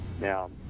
Now